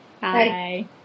Bye